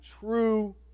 true